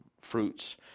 fruits